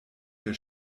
der